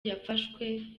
yafashwe